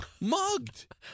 Mugged